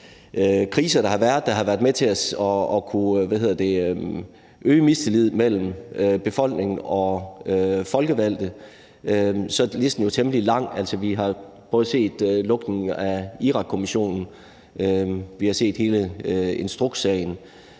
og som har været med til at kunne øge mistilliden mellem befolkningen og folkevalgte, er jo temmelig lang. Vi har både set lukning af Irakkommissionen, vi har set hele instrukssagen,